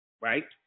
Right